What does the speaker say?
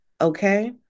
okay